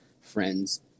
friends